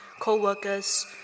co-workers